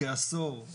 כעשור,